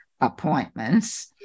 appointments